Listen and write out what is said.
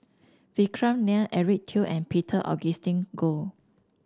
Vikram Nair Eric Teo and Peter Augustine Goh